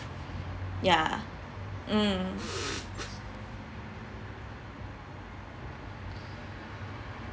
ya mm